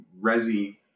Resi